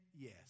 yes